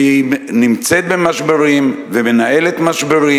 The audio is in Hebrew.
והיא נמצאת במשברים ומנהלת משברים,